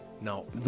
No